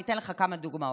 ואני אתן לך כמה דוגמאות: